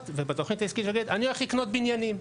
ובתוכנית העסקית הוא יגיד אני הולך לקנות בניינים.